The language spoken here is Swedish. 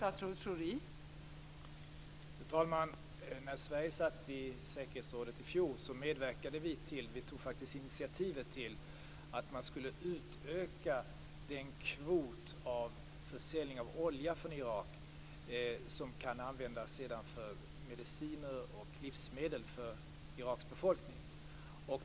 Fru talman! När Sverige satt i säkerhetsrådet i fjol medverkade vi till - vi tog faktiskt initiativ till - att man skulle utöka den kvot av försäljning av olja från Irak som sedan kan användas för att skaffa mediciner och livsmedel för Iraks befolkning.